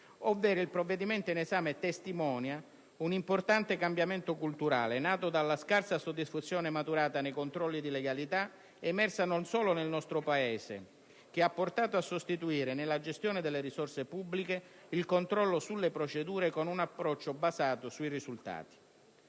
il provvedimento in esame testimonia un importante cambiamento culturale, nato dalla scarsa soddisfazione maturata - non solo nel nostro Paese - nei confronti dei controlli di legalità, che ha portato a sostituire, nella gestione delle risorse pubbliche, il controllo sulle procedure con un approccio basato sui risultati.